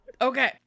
okay